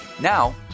Now